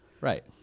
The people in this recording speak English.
Right